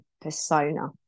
persona